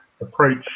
approach